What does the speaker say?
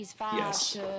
Yes